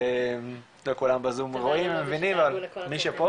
לא כולם בזום רואים ומבינים, מי שפה